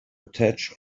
attach